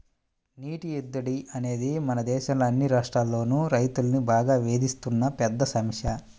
నీటి ఎద్దడి అనేది మన దేశంలో అన్ని రాష్ట్రాల్లోనూ రైతుల్ని బాగా వేధిస్తున్న పెద్ద సమస్య